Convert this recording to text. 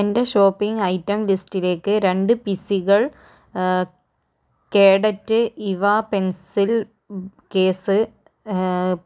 എന്റെ shopping item ലിസ്റ്റിലേക്ക് രണ്ട് പി സികൾ കേഡറ്റ് ഇവാ പെൻസിൽ കേസ്